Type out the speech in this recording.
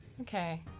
Okay